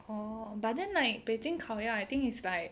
orh but then like 北京烤鸭 I think is like